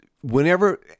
whenever